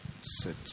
sit